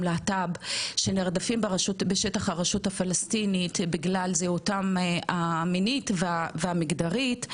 להט"ב שנרדפים בשטח הרשות הפלסטינית בגלל זהותם המינית והמגדרית,